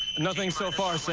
nothing so far,